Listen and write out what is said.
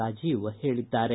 ರಾಜೀವ್ ಹೇಳಿದ್ದಾರೆ